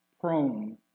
prone